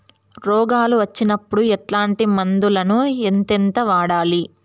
రోగాలు వచ్చినప్పుడు ఎట్లాంటి మందులను ఎంతెంత వాడాలి?